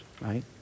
right